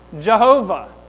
Jehovah